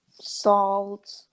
salt